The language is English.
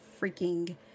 freaking